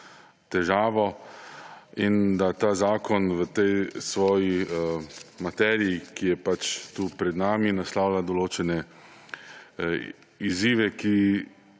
težavo in da ta zakon v tej svoji materiji, ki je tu pred nami, naslavlja določene izzive, ki